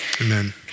Amen